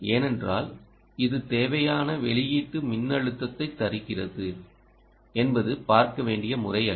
ஏனென்றால் இது தேவையான வெளியீட்டு மின்னழுத்தத்தை தருகிறது என்பது பார்க்க வேண்டிய முறை அல்ல